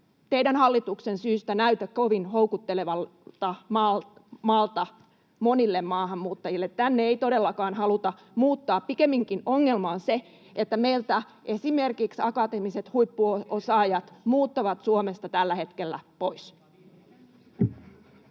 teidän hallituksenne syystä, näytä kovin houkuttelevalta maalta monille maahanmuuttajille. Tänne ei todellakaan haluta muuttaa, ja pikemminkin ongelma on se, että meiltä Suomesta esimerkiksi akateemiset huippuosaajat muuttavat tällä hetkellä pois.